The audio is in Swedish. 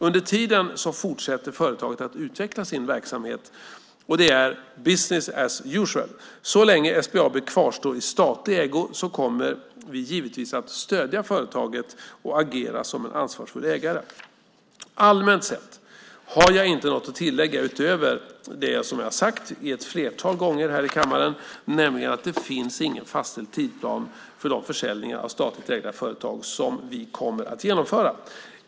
Under tiden fortsätter företaget att utveckla sin verksamhet, och det är "business as usual". Så länge SBAB kvarstår i statlig ägo kommer vi givetvis att stödja företaget och agera som en ansvarsfull ägare. Allmänt sett har jag inte något att tillägga utöver det som jag har sagt ett flertal gånger här i kammaren, nämligen att det inte finns någon fastställd tidsplan för de försäljningar av statligt ägda företag som vi kommer att genomföra.